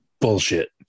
bullshit